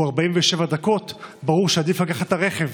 הוא 47 דקות ברור שעדיף לקחת את הרכב.